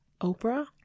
Oprah